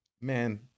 man